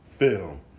Film